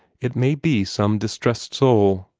it may be some distressed soul,